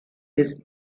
his